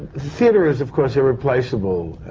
theatre is, of course, irreplaceable.